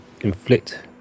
inflict